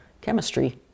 chemistry